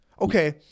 Okay